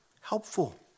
helpful